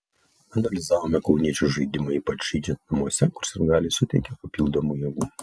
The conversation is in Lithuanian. analizavome kauniečių žaidimą ypač žaidžiant namuose kur sirgaliai suteikia papildomų jėgų